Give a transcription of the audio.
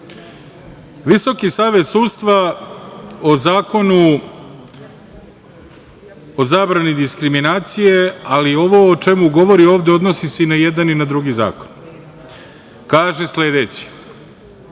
Visoki savet sudstva o Zakonu o zabrani diskriminacije – ali ovo o čemu govori ovde, odnosi se i na jedan i drugi zakon – kaže sledeće: